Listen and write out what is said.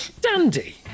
Dandy